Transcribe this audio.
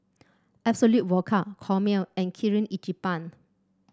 Absolut Vodka Chomel and Kirin Ichiban